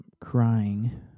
crying